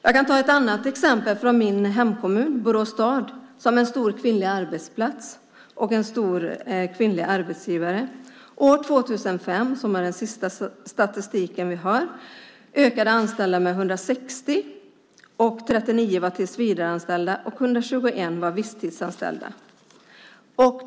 Jag kan ta ett annat exempel från min hemkommun Borås, där många kvinnor jobbar och där kommunen är en stor arbetsgivare för kvinnor. År 2005, som är det senaste år vi har statistik från, ökade antalet anställda med 160, varav 39 var tillsvidareanställda och 121 visstidsanställda.